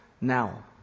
now